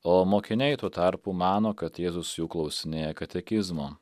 o mokiniai tuo tarpu mano kad jėzus jų klausinėja katekizmo